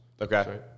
Okay